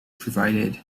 provided